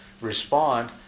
respond